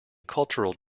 cultural